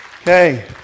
Okay